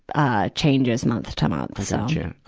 ah, changes month to month, so, yeah